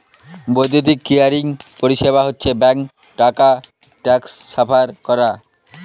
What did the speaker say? বৈদ্যুতিক ক্লিয়ারিং পরিষেবা হচ্ছে ব্যাঙ্কে টাকা ট্রান্সফার করা